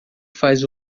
faz